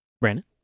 Brandon